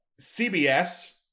CBS